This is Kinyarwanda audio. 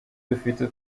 dufite